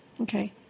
Okay